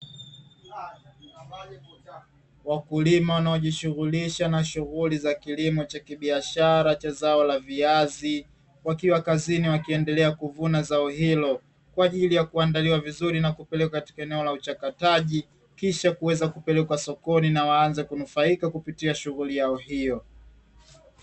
Wakulima wanaojishughulisha na shughuli za kilimo cha biashara cha zao la viazi, wakiwa kazini wakiendelea kuvuna zao hilo kwa ajili ya kuandaliwa vizuri kupelekwa katika eneo la uchakataji, kisha kuweza kupelekwa sokoni na waanze kunufaika kupitia shughuli yao hiyo.